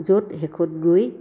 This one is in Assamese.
য'ত শেষত গৈ